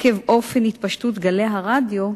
שעקב אופן התפשטות גלי הרדיו,